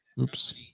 oops